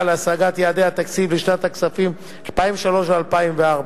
להשגת יעדי התקציב לשנות הכספים 2003 ו-2004),